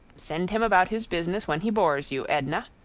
send him about his business when he bores you, edna,